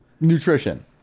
nutrition